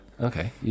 Okay